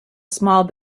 small